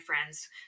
friends